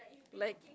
like